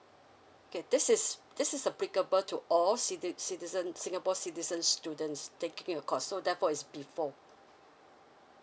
okay this is this is applicable to all city~ citizens singapore citizen students taking the course so therefore is before